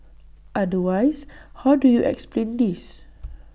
otherwise how do you explain this